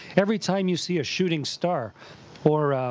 every time you see a shooting star or,